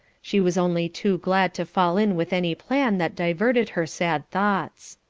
she was only too glad to fall in with any plan that diverted her sad thoughts.